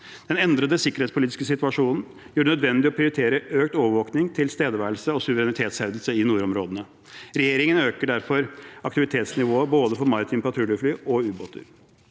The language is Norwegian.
Den endrede sikkerhetspolitiske situasjonen gjør det nødvendig å prioritere økt overvåkning, tilstedeværelse og suverenitetshevdelse i nordområdene. Regjeringen øker derfor aktivitetsnivået for både maritime patruljefly og ubåter.